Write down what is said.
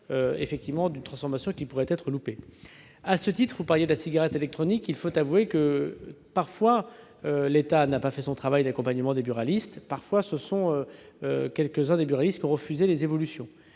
d'une transformation qui pourrait être ratée. À ce titre, vous évoquiez, monsieur Daudigny, la cigarette électronique. Il faut avouer que, si l'État n'a parfois pas fait son travail d'accompagnement des buralistes, parfois ce sont quelques-uns des buralistes qui ont refusé les évolutions.